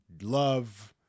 love